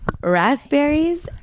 raspberries